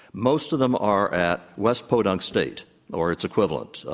most of them are at west podunk state or its equivalent. ah